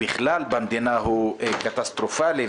בכלל במדינה הוא קטסטרופלי,